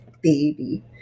baby